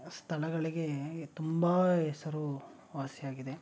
ಸ್ಥಳಗಳಿಗೆ ತುಂಬ ಹೆಸರು ವಾಸಿಯಾಗಿದೆ